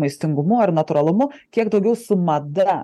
maistingumu ar natūralumu kiek daugiau su mada